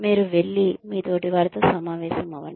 మీరు వెల్లి మీ తోటివారితో సమావేశమవ్వండి